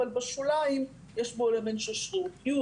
אבל בשוליים יש בו אלמנט של שרירותיות.